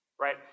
Right